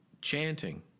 chanting